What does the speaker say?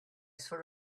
sort